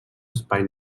espai